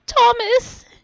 Thomas